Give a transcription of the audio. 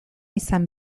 izan